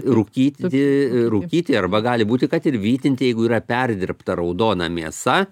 rūkyti rūkyti arba gali būti kad ir vytinti jeigu yra perdirbta raudona mėsa